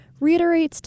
reiterates